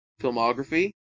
filmography